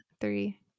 three